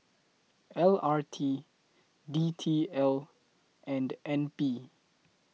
L R T D T L and N P